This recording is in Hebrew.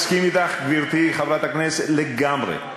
אני מסכים אתך, גברתי חברת הכנסת, לגמרי.